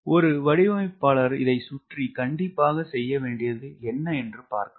ஒரு வடிவமைப்பாளர் இதை சுற்றி கண்டிப்பாக செய்ய வேண்டியது என்ன என்று பார்க்கலாம்